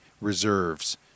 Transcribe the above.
reserves